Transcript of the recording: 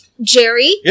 Jerry